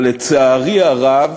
אבל לצערי הרב